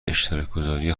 اشتراکگذاری